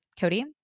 cody